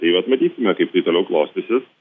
tai vat matysime kaip tai toliau klostysis